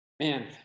Man